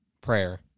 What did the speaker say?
Prayer